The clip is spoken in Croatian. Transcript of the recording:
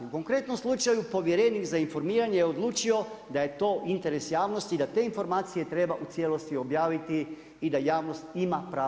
U konkretnom slučaju povjerenik za informiranje je odlučio da je to interes javnosti i da te informacije treba u cijelosti objaviti i da javnost ima pravo znati.